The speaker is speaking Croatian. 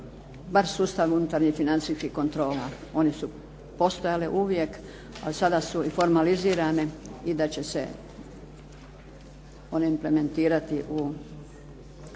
bar sustav unutarnjih financijskih kontrola. One su postojale uvijek ali sada su i formalizirane i da će se one implementirati u